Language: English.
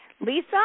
Lisa